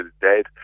dead